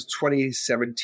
2017